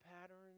patterns